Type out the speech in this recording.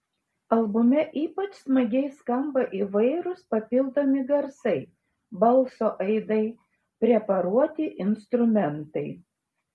albume ypač smagiai skamba įvairūs papildomi garsai balso aidai preparuoti instrumentai